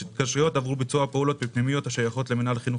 התקשרויות עבור ביצוע פעולות בפנימיות השייכות למינהל לחינוך